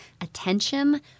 attention